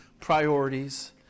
priorities